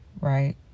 Right